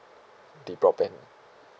the broadband